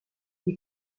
est